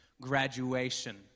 graduation